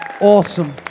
awesome